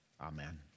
Amen